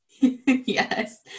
Yes